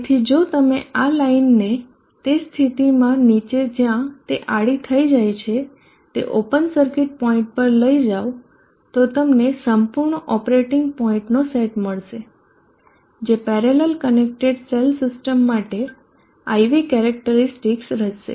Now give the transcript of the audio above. તેથી જો તમે આ લાઇનને તે સ્થિતિમાં નીચે જ્યાં તે આડી થઇ જાય છે તે ઓપન સર્કિટ પોઈન્ટ પર લઇ જાવ તો તમને સંપૂર્ણ ઓપરેટિંગ પોઈન્ટનો સેટ મળશે જે પેરેલલ કનેક્ટેડ સેલ સીસ્ટમ માટે IV કેરેક્ટરીસ્ટિકસ રચશે